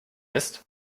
ist